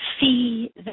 See